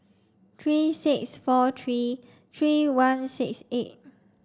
three six four three three one six eight